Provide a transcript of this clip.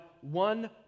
one